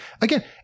Again